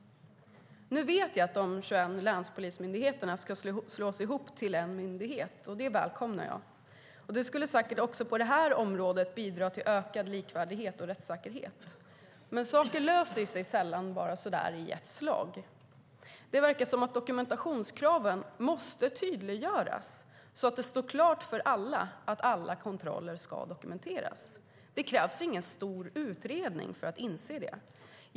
Jag vet att de 21 länspolismyndigheterna ska slås ihop till en myndighet, och det välkomnar jag. Det skulle säkert kunna bidra till ökad likvärdighet och rättssäkerhet också på det här området. Men saker löser sig sällan bara så där i ett slag. Det verkar som om dokumentationskraven måste tydliggöras så att det står klart för alla att alla kontroller ska dokumenteras. Det krävs ingen stor utredning för att inse det.